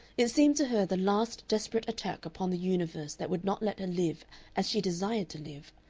it seemed to her the last desperate attack upon the universe that would not let her live as she desired to live,